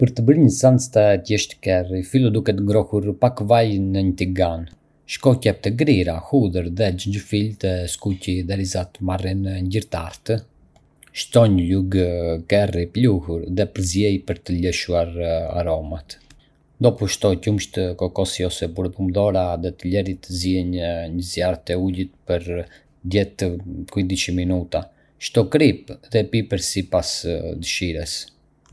Për të bërë një salcë të thjeshtë kerri, fillo duke ngrohur pak vaj në një tigan. Shto qepë të grira, hudhër dhe xhenxhefil dhe skuqi derisa të marrin ngjyrë të artë. Shto një lugë kerri pluhur dhe përziej për të lëshuar aromat. Dopo, shto qumësht kokosi ose pure pumdora dhe lëri të ziejnë në zjarr të ulët për diet-quindici minuta. Shto kripë dhe piper sipas dëshirës.